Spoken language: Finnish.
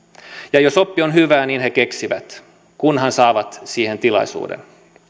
ja jos oppi on hyvää niin he keksivät kunhan saavat siihen tilaisuuden